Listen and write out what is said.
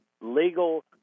legal